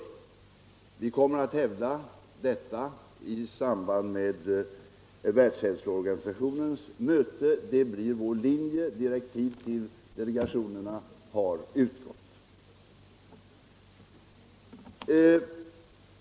Vi kommer att hävda detta i samband med Världshälsoorganisationens möte. Det blir vår linje — direktiv till delegationerna har utgått.